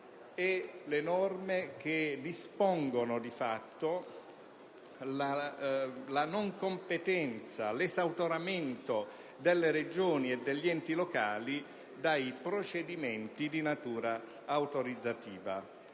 e le norme che dispongono, di fatto, la non competenza, l'esautoramento delle Regioni e degli enti locali dai procedimenti di natura autorizzativa.